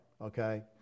okay